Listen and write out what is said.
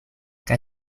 kaj